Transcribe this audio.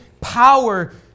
power